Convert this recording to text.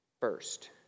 first